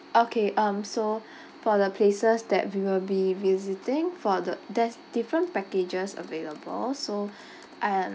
okay um so for the places that we will be visiting for the there's different packages available so um